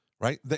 right